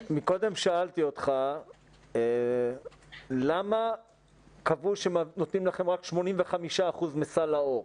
מקודם שאלתי אותך למה קבעו שנותנים לכם 85% מסל לאור.